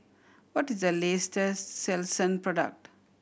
what is the latest Selsun product